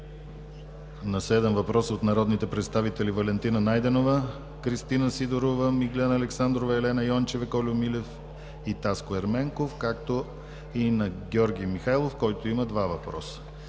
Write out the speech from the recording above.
на седем въпроса от народните представители Валентина Найденова, Кристина Сидорова, Миглена Александрова, Елена Йончева, Кольо Милев и Таско Ерменков, както и на Георги Михайлов, който има два въпроса.